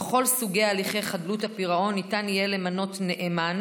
בכל סוגי הליכי חדלות הפירעון ניתן יהיה למנות נאמן,